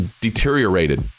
deteriorated